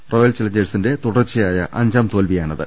royal ചലഞ്ചേഴ്സിന്റെ തുടർച്ചയായ അഞ്ചാം തോൽവിയാണിത്